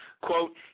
Quote